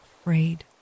afraid